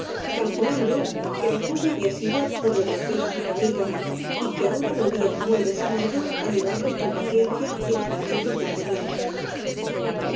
calculando que la fuga había sido por lo de los besos á juanita y que ahora volvía muy resignado á llevarlos con pacien cia y hasta á verlos dar de nuevo